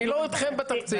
אני לא אתכם בתקציב.